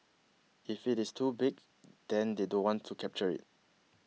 if it is too big then they don't want to capture it